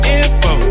info